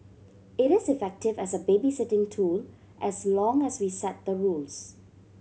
it is effective as a babysitting tool as long as we set the rules